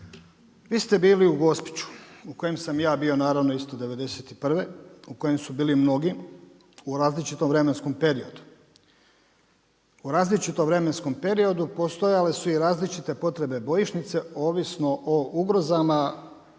Vi ste bili u Gospiću u kojem sam i ja bio naravno isto '91. u kojem su bili mnogi u različitom vremenskom periodu. U različitom vremenskom periodu postojale su i različite potrebe bojišnice ovisno o ugrozama,